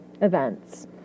events